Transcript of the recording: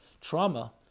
Trauma